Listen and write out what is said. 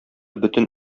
бөтен